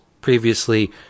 previously